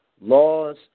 laws